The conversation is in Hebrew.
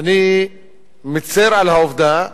אני מצר על העובדה